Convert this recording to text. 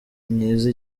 myiza